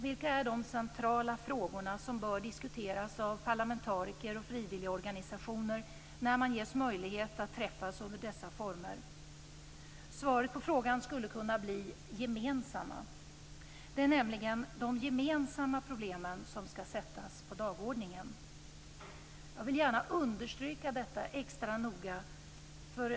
Vilka är de centrala frågor som bör diskuteras av parlamentariker och frivilligorganisationer när man ges möjlighet att träffas under dessa former? Svaret på frågan skulle kunna bli: gemensamma frågor. Det är nämligen de gemensamma problemen som skall sättas på dagordningen. Jag vill gärna understryka detta extra noga.